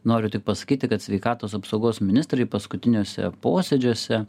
noriu tik pasakyti kad sveikatos apsaugos ministrai paskutiniuose posėdžiuose